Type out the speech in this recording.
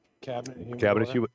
cabinet